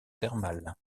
thermale